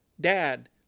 Dad